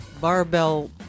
barbell